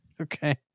Okay